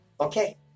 Okay